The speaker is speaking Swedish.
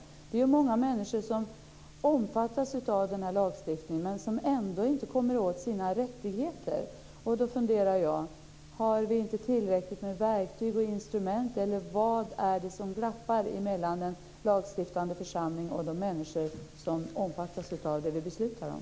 Det är ju många människor som omfattas av den här lagstiftningen men som ändå inte kommer åt sina rättigheter. Då funderar jag: Har vi inte tillräckligt med verktyg och instrument, eller vad är det som glappar mellan den lagstiftande församlingen och de människor som omfattas av det den beslutar om?